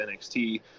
NXT